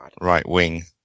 right-wing